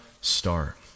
start